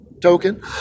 token